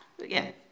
Again